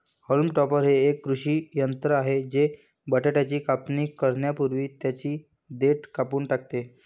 haulm topper हे एक कृषी यंत्र आहे जे बटाट्याची कापणी करण्यापूर्वी त्यांची देठ कापून टाकते